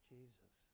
Jesus